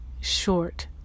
short